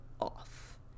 off